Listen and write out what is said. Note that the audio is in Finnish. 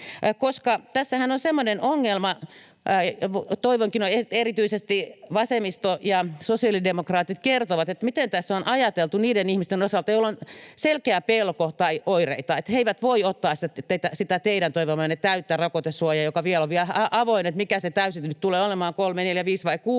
Tässähän on semmoinen ongelma: Erityisesti vasemmisto ja sosiaalidemokraatit kertoivat, miten tässä on ajateltu niiden ihmisten osalta, joilla on selkeä pelko tai oireita, että he eivät voi ottaa sitä teidän toivomaanne täyttä rokotesuojaa, ja on vielä vähän avoinna, mikä se täysi suoja tulee nyt olemaan, kolme, neljä, viisi vai kuusi.